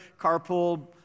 carpool